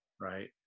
right